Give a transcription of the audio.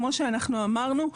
כמו שאמרנו,